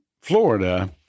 Florida